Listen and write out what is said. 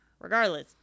Regardless